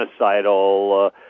genocidal